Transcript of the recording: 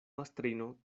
mastrino